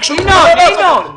ביקשו ממך --- ינון,